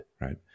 right